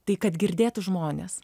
tai kad girdėtų žmonės